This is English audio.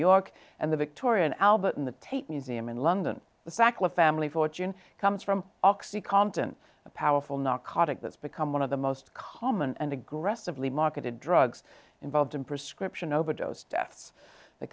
york and the victoria and albert in the tate museum in london the fact the family fortune comes from oxy compton a powerful narcotic that's become one of the most common and aggressively marketed drugs involved in prescription overdose deaths the